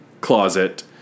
closet